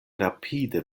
rapide